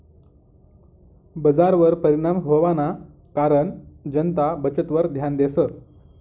बजारवर परिणाम व्हवाना कारण जनता बचतवर ध्यान देस